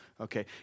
Okay